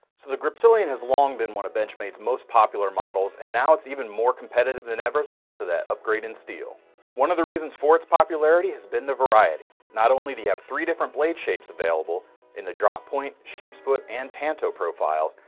so the griptilian has long been one of benchmade's most popular models and now it's even more competitive than ever thanks to that upgrade in steel one of the reasons for its popularity has been the variety not only do you have three different blade shapes, available in the drop-point sheep's foot and tanto profiles,